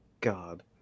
God